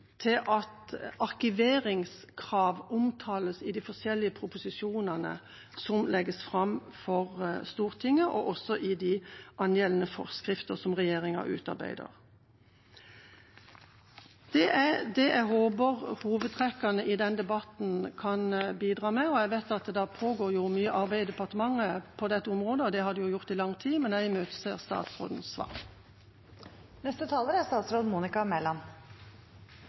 til at arkiveringskrav omtales i de forskjellige proposisjonene som legges fram for Stortinget, og også i de angjeldende forskrifter som regjeringa utarbeider. Det er det jeg håper, i hovedtrekk, at denne debatten kan bidra til. Jeg vet at det pågår mye arbeid i departementet på dette området, og det har det jo gjort i lang tid, men jeg imøteser statsrådens svar.